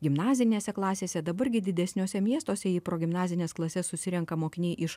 gimnazinėse klasėse dabar gi didesniuose miestuose į progimnazines klases susirenka mokiniai iš